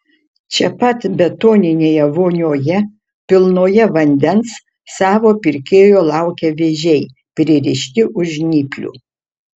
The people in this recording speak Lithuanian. čia pat betoninėje vonioje pilnoje vandens savo pirkėjo laukia vėžiai pririšti už žnyplių